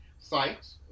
sites